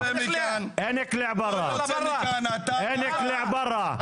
ברא, ברא.